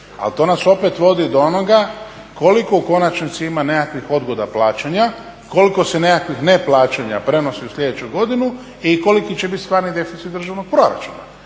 Ali to nas opet vodi do onoga koliko u konačnici ima nekakvih odgoda plaćanja, koliko se nekakvih neplaćanja prenosi u sljedeću godinu i koliki će biti stvarni deficit državnog proračuna.